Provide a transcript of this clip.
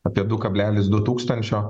apie du kablelis du tūkstančio